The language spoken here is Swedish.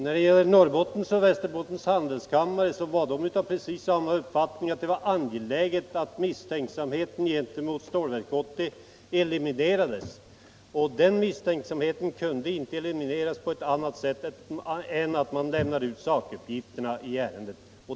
Fru talman! Norrbottens och Västerbottens handelskammare var av precis samma uppfattning — att det var angeläget att misstänksamheten gentemot Stålverk 80 eliminerades. Den misstänksamheten kunde inte elimineras på annat sätt än genom att man lämnade ut sakuppgifterna i ärendet.